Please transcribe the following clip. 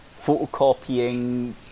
photocopying